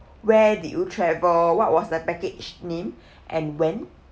where did you travel what was the package name and when